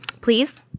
Please